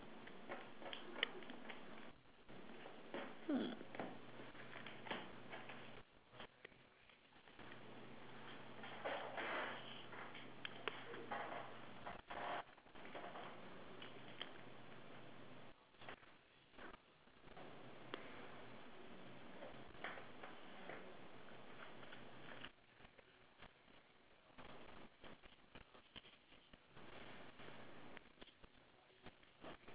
hmm